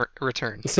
return